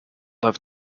have